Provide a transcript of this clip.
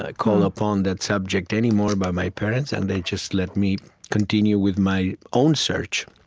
ah called upon that subject anymore by my parents, and they just let me continue with my own search,